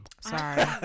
Sorry